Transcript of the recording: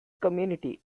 community